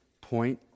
point